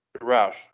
roush